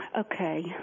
Okay